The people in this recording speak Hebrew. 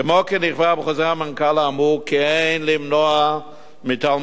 כמו כן נקבע בחוזר המנכ"ל האמור כי אין למנוע מתלמידים